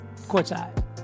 courtside